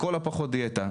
לכל הפחות דיאטה.